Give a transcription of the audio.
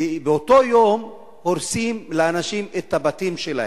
ובאותו יום הורסים לאנשים את הבתים שלהם.